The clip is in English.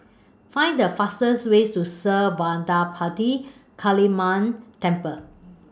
Find The fastest ways to Sri Vadapathira Kaliamman Temple